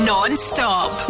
Non-stop